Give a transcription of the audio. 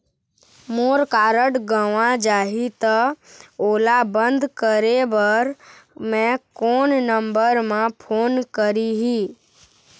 मोर card गंवा जाही त ओला बंद करें बर मैं कोन नंबर म फोन करिह?